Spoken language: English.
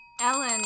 Ellen